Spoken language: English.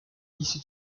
easy